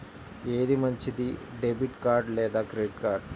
ఏది మంచిది, debit card లేదా క్రెడిట్ కార్డ్?